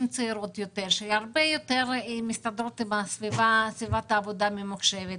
צעירות יותר שהן הרבה יותר מסתדרות עם סביבת העבודה הממוחשבת,